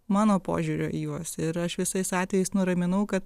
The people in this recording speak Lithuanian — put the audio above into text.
mano požiūrio į juos ir aš visais atvejais nuraminau kad